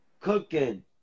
Cooking